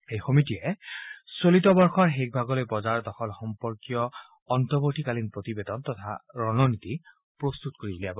এই সমিতিয়ে চলিত বৰ্ষৰ শেষ ভাগলৈ বজাৰ দখল সম্পৰ্কে অন্তৱৰ্তীকালীন প্ৰতিবেদন তথা ৰণনীতি প্ৰস্তত কৰি উলিয়াব